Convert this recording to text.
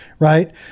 right